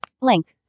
Length